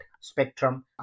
Spectrum